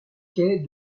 quais